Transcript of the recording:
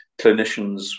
clinicians